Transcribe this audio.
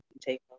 take